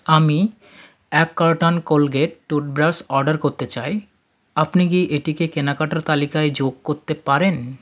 আমি এক carton Colgate toothbrush order করতে চাই আপনি কি এটিকে কেনাকাটার তালিকায় যোগ করতে পারেন